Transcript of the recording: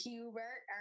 Hubert